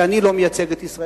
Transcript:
אני לא מייצג את ישראל.